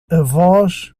avós